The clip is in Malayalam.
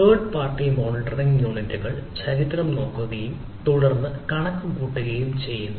തേർഡ് പാർട്ടി മോണിറ്ററിംഗ് യൂണിറ്റുകൾ ചരിത്രം നോക്കുകയും തുടർന്ന് കണക്കുകൂട്ടുകയും ചെയ്യുന്നു